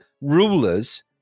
rulers